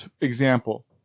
Example